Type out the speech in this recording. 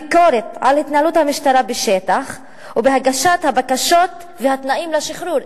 ביקורת על התנהלות המשטרה בשטח ובהגשת הבקשות והתנאים לשחרור.